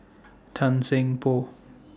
Tan Seng Poh